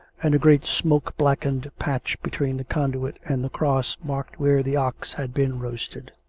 and a great smoke-black ened patch between the conduit and the cross marked where the ox had been roasted.